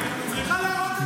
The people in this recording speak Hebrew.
היא צריכה להראות את זה.